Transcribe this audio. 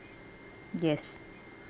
yes